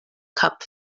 cup